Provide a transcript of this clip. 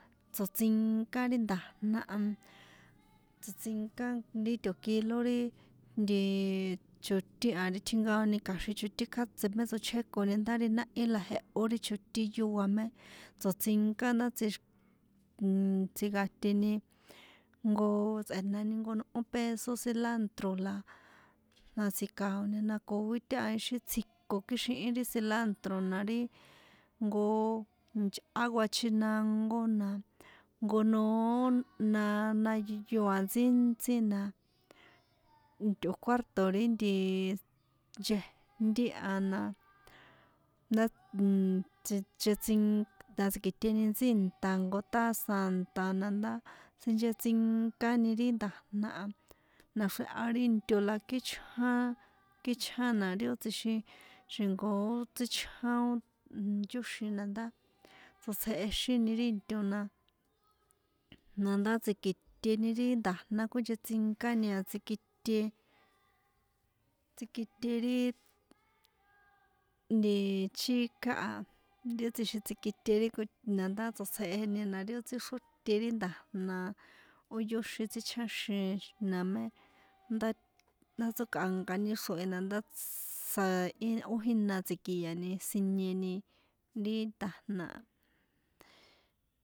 Tsiṭsinka ri nda̱jna a tsoṭsinka ri tꞌo̱ kilo ri nti chotín a ri tjinkaoni kja̱xin chotín kjátse mé tsochékoni ndá ri náhí la jehó ri chotín yóa mé tsoṭsinká nda tsj tsinkateni jnko tsꞌe̱nani jnko nꞌó peso cilantro la tsji̱kaoni na koi táha ixi tsjiko kjíxihin ri cilantro na jnko yꞌá guachinango a jnko noó na nayoa ntsíntsi na tꞌo̱ cuárto̱ ri nti nchejnti a na ndá nn tsinchetsink na tsi̱kiṭeni ntsí nta jnko taza nta na ndá tsinchetsinkani ri nda̱jna a naxreha ri into la kíchján kíchjan na ri ó tsjixin xi̱jnko tsíchjan ó yóxin na ndá tsotsjexini ri into na na ndá tsi̱kiṭeni ri nda̱jna kuinchetsinkani a tsikite tsikite ri, nti chika a ti ó tsjixin tsikit na ndá tsotsjeheni ri ó tsíxróte ri nda̱jna na ó yóxin tsichjáxin na mé ndá ndá tsókꞌankani ri xrohi na ndá tsss i ó jína tsi̱kiani sinieni ri nda̱jna.